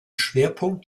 schwerpunkt